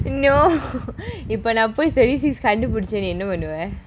இப்ப நான் போய்:ippa naan poi கண்டுபிடிச்சா நீ என்ன பண்ணுவ:kandupidichaa nee enna pannuva